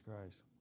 Christ